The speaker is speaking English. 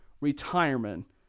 Retirement